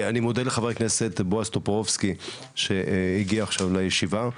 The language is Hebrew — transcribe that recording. אני מודה לח"כ בועז טופורובסקי שהגיע עכשיו לישיבה.